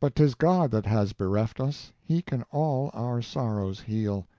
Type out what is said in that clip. but tis god that has bereft us, he can all our sorrows heal.